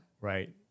right